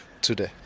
today